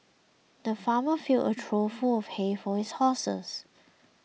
the farmer filled a trough full of hay for his horses